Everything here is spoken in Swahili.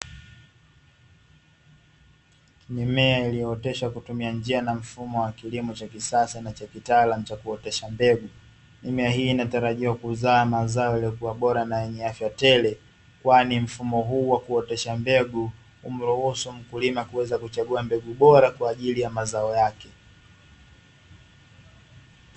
Mimea iliyooteshwa kwa kutumia njia na mfumo wa kilimo cha kisasa na cha kitaalamu cha kuotesha mbegu. Mimea hii inatarajiwa kuzaa mazao yaliyokuwa bora na yenye afya tele, kwani mfumo huu wa kuotesha mbegu humruhusu mkulima kuweza kuchagua mbegu bora kwa ajili mazao yake.